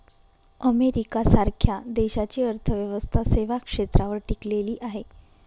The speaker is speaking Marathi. अमेरिका सारख्या देशाची अर्थव्यवस्था सेवा क्षेत्रावर टिकलेली आहे